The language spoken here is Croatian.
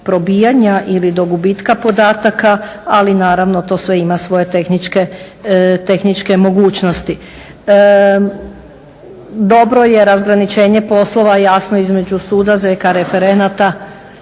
probijanja ili do gubitka podataka ali naravno to sve ima svoje tehničke mogućnosti. Dobro je razgraničenje poslova, jasno između suda ZK referenata.